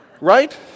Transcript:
Right